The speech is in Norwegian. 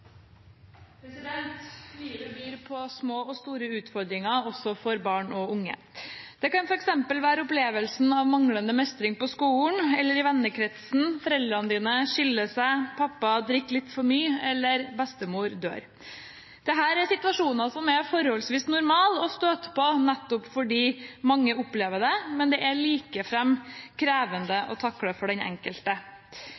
på små og store utfordringer, også for barn og unge. Det kan f.eks. være opplevelsen av manglende mestring på skolen eller i vennekretsen, foreldrene dine skiller seg, pappa drikker litt for mye, eller bestemor dør. Dette er situasjoner som det er forholdsvis normalt å støte på, nettopp fordi mange opplever det, men det er likefremt krevende å takle for den enkelte.